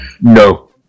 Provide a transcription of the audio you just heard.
No